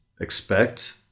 expect